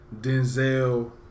Denzel